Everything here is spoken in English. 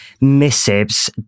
missives